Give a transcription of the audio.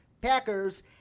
Packers